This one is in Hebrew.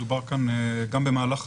מדובר כאן גם במהלך חשוב,